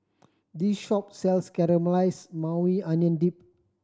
this shop sells Caramelized Maui Onion Dip